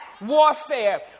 warfare